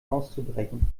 auszubrechen